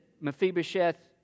Mephibosheth